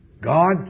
God